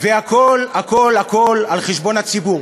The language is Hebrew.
והכול הכול הכול על חשבון הציבור,